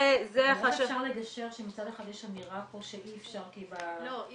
זה -- אבל איך אפשר לגשר שמצד אחד יש אמירה פה שאי אפשר כי נשים